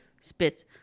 spits